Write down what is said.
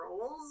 roles